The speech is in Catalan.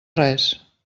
res